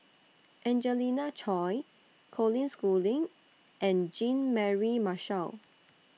Angelina Choy Colin Schooling and Jean Mary Marshall